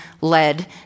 led